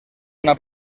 una